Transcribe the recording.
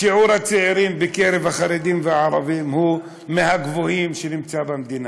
שיעור הצעירים בקרב החרדים והערבים הוא מהגבוהים שנמצא במדינה.